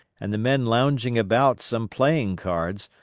and the men lounging about some playing cards,